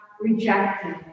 rejected